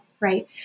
Right